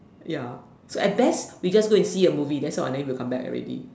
ya so at best we just go and see a movie that's all then we will come back already